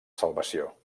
salvació